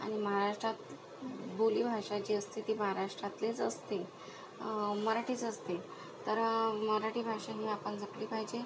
आणि महाराष्ट्रात बोली भाषा जी असते ती महाराष्ट्रातलीच असते मराठीच असते तर मराठी भाषा ही आपण जपली पाहिजे